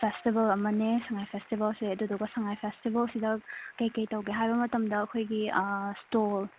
festival ꯑꯃꯅꯦ ꯁꯉꯥꯏ ꯐꯦꯁꯇꯤꯚꯦꯜꯁꯦ ꯑꯗꯨꯗꯨꯒ ꯁꯉꯥꯏ ꯐꯦꯁꯇꯤꯚꯦꯜꯁꯤꯗ ꯀꯩ ꯀꯩ ꯇꯧꯒꯦ ꯍꯥꯏꯕ ꯃꯇꯝꯗ ꯑꯩꯈꯣꯏꯒꯤ ꯁ꯭ꯇꯣꯜ